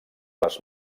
les